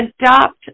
Adopt